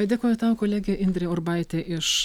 dėkoju tau kolegė indrė urbaitė iš